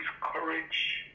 courage